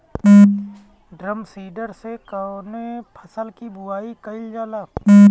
Drum seeder से कवने फसल कि बुआई कयील जाला?